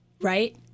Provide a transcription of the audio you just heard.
Right